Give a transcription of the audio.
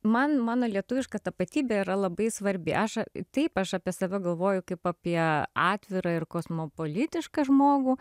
man mano lietuviška tapatybė yra labai svarbi aš taip aš apie save galvoju kaip apie atvirą ir kosmopolitišką žmogų